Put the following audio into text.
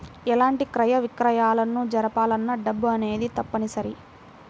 ఎలాంటి క్రయ విక్రయాలను జరపాలన్నా డబ్బు అనేది తప్పనిసరి